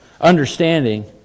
understanding